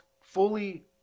fully